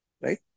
right